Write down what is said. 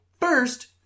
first